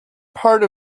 part